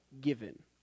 given